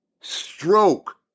stroke